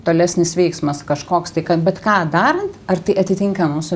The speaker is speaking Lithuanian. tolesnis veiksmas kažkoks tai kad bet ką darant ar tai atitinka mūsų